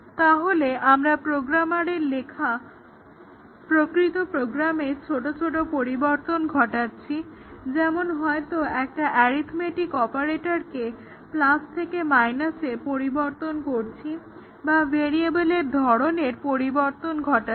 তাহলে আমরা প্রোগ্রামারের লেখা প্রকৃত প্রোগ্রামের ছোট ছোট পরিবর্তন ঘটাচ্ছি যেমন হয়তো একটা অ্যারিথমেটিক অপারেটরকে প্লাস থেকে মাইনাসে পরিবর্তন করছি বা ভেরিয়েবলের ধরনের পরিবর্তন ঘটাচ্ছি